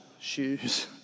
shoes